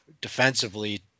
defensively